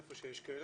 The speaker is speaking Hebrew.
איפה שיש כאלה,